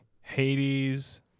hades